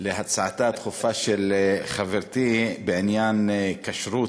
להצעתה הדחופה של חברתי בעניין כשרות,